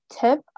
tip